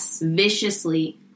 viciously